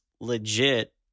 legit